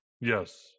yes